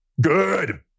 Good